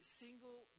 single